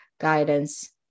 guidance